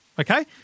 okay